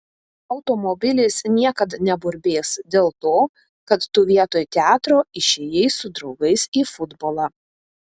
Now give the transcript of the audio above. automobilis niekad neburbės dėl to kad tu vietoj teatro išėjai su draugais į futbolą